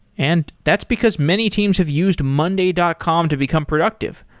and that's because many teams have used monday dot com to become productive.